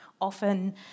often